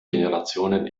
generationen